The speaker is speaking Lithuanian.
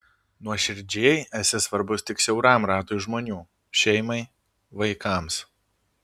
nuoširdžiai esi svarbus tik siauram ratui žmonių šeimai vaikams